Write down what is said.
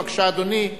בבקשה, אדוני.